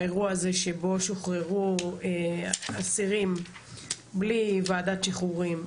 האירוע שבו שוחררו אסירים בלי ועדת שחרורים,